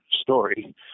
story